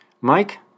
Mike